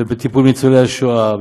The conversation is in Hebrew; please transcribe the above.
בטיפול בניצולי השואה,